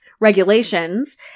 regulations